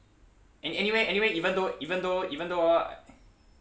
any~ anyway anyway even though even though even though